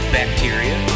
bacteria